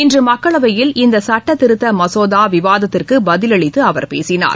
இன்று மக்களவையில் இந்த சட்டத்திருத்த மசோதா விவாதத்திற்கு பதிலளித்து அவர் பேசினார்